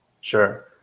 sure